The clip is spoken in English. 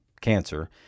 cancer